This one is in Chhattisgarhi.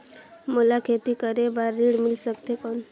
मोला खेती करे बार ऋण मिल सकथे कौन?